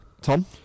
Tom